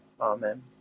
Amen